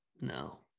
No